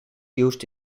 used